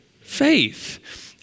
faith